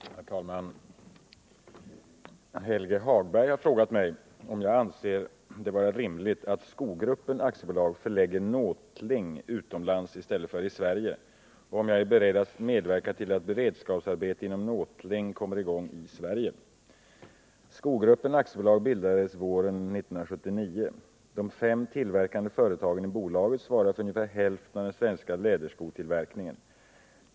Herr talman! Helge Hagberg har frågat mig om jag anser det vara rimligt att Skogruppen AB förlägger nåtling utomlands i stället för i Sverige och om jag är beredd att medverka till att beredskapsarbete inom nåtling kommer i gång i Sverige. Skogruppen AB bildades våren 1979. De fem tillverkande företagen i bolaget svarar för ungefär hälften av den svenska läderskotillverkningen.